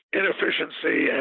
inefficiency